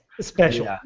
special